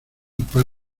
par